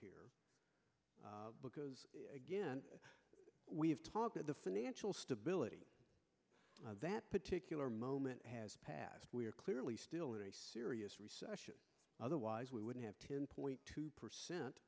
be because we have talked at the financial stability that particular moment has passed we are clearly still in a serious recession otherwise we would have ten point two percent